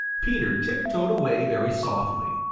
peter tiptoed away very softly.